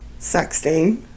sexting